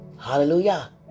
Hallelujah